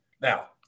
Now